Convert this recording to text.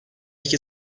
iki